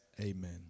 Amen